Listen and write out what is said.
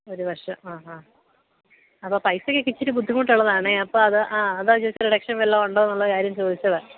ഒരു വർഷം ആ ആ അപ്പോള് പൈസയ്ക്കൊക്കെ ഇച്ചിരി ബുദ്ധിമുട്ടുള്ളതാണേ അപ്പോള് അതാഅ ആ അതാണു ചോദിച്ചേ റിഡെക്ഷൻ വല്ലതും ഉണ്ടോ എന്നുള്ള കാര്യം ചോദിച്ചത്